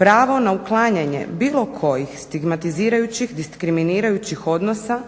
Pravo na uklanjanje bilo kojih stigmatizirajućih, diskriminirajućih odnosa